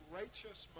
righteous